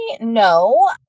no